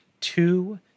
two